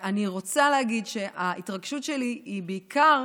אני רוצה להגיד שההתרגשות שלי היא בעיקר